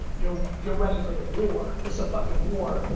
you're you're ready for the war. it's a fucking war,